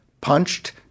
punched